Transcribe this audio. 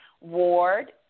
Ward